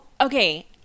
Okay